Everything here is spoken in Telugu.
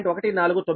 532 j1